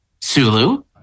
Sulu